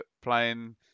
playing